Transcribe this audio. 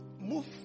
move